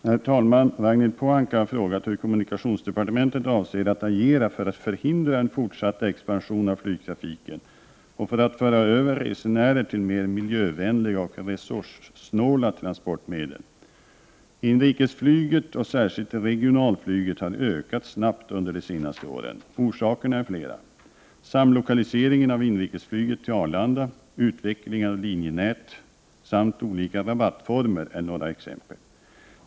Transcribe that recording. Herr talman! Ragnhild Pohanka har frågat hur kommunikationsdepartementet avser att agera för att förhindra en fortsatt expansion av flygtrafiken och för att föra över resenärer till mer miljövänliga och resurssnåla transportmedel. Inrikesflyget och särskilt regionalflyget har ökat snabbt under de senaste åren. Orsakerna är flera. Samlokaliseringen av inrikesflyget till Arlanda, utvecklingen av linjenät samt olika rabattformer är några exempel.